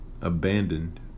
abandoned